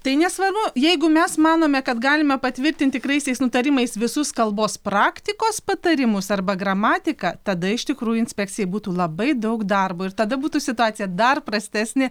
tai nesvarbu jeigu mes manome kad galime patvirtinti tikraisiais nutarimais visus kalbos praktikos patarimus arba gramatiką tada iš tikrųjų inspekcijai būtų labai daug darbo ir tada būtų situacija dar prastesnė